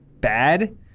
bad